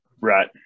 Right